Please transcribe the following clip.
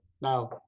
now